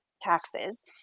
taxes